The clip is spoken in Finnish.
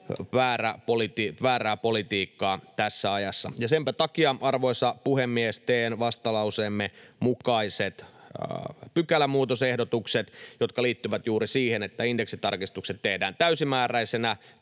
väärää politiikkaa tässä ajassa. Senpä takia, arvoisa puhemies, teen vastalauseemme mukaiset pykälämuutosehdotukset, jotka liittyvät juuri siihen, että indeksitarkistukset tehdään täysimääräisinä,